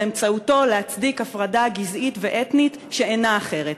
ובאמצעותו להצדיק הפרדה גזעית ואתנית שאינה אחרת,